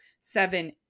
seven